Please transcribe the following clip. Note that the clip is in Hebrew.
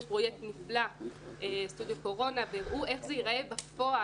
פרויקט מופלא והראו איך זה ייראה בפועל,